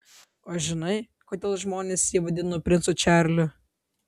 o žinai kodėl žmonės jį vadino princu čarliu